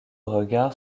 regard